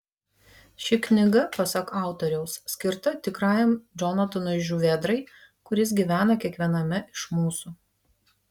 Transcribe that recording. ši knyga pasak autoriaus skirta tikrajam džonatanui žuvėdrai kuris gyvena kiekviename iš mūsų